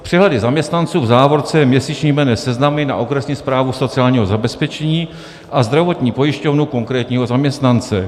Přehledy zaměstnanců /měsíční jmenné seznamy na okresní správu sociálního zabezpečení a zdravotní pojišťovnu konkrétního zaměstnance/.